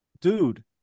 Dude